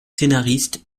scénariste